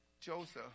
Joseph